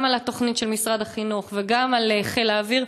גם על התוכנית של משרד החינוך וגם על חיל האוויר,